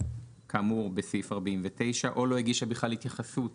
כאמור בסעיף 49 או לא הגישה בכלל התייחסות